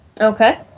Okay